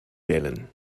wählen